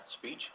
speech